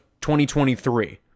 2023